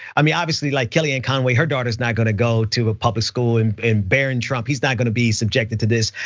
i mean, obviously like kellyanne conway, her daughter's not gonna go to a public school. and barron trump, he's not gonna be subjected to this,